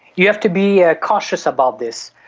you have to be ah cautious about this.